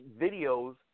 videos